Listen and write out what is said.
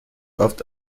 oft